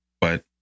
But-